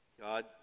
God